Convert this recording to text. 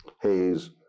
haze